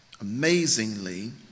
Amazingly